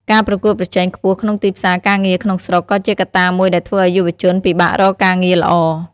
ការប្រកួតប្រជែងខ្ពស់ក្នុងទីផ្សារការងារក្នុងស្រុក ក៏ជាកត្តាមួយដែលធ្វើឱ្យយុវជនពិបាករកការងារល្អ។